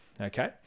Okay